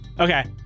Okay